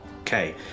Okay